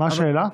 מה השאלה?